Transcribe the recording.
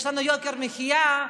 יש לנו יוקר מחיה,